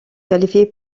qualifié